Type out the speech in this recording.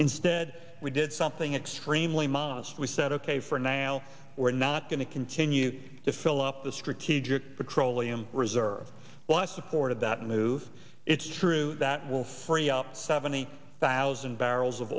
instead we did something extremely modest we said ok for now we're not going to continue to fill up the strategic petroleum reserve once supported that move it's true that will free up seventy thousand barrels of